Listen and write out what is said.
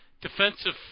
defensive